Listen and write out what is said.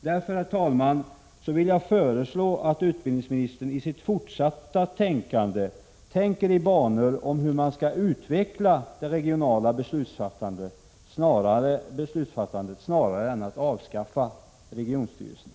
Därför, herr talman, vill jag föreslå att utbildningsministern i sitt fortsatta tänkande snarare inriktar sig på hur man skall utveckla det regionala beslutsfattandet än på att man skall avskaffa regionstyrelserna.